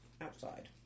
Outside